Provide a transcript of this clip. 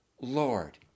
Lord